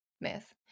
myth